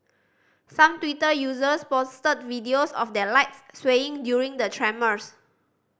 some Twitter users posted videos of their lights swaying during the tremors